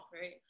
Right